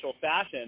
fashion